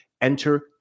Enter